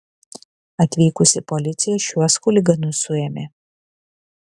atvykusi policija šiuos chuliganus suėmė